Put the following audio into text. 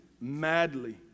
madly